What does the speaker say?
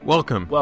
Welcome